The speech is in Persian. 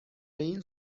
این